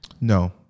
No